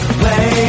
play